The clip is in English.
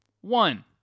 One